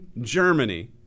Germany